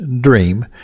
dream